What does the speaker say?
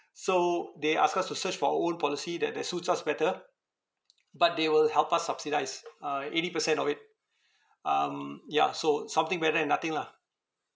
so they asked us to search for our own policy that that suits us better but they will help us subsidise uh eighty percent of it um ya so something better than nothing lah